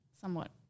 somewhat